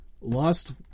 lost